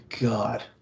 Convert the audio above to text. God